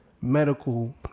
medical